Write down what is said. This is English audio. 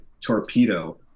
Torpedo